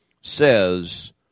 says